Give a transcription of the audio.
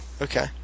Okay